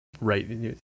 right